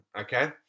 Okay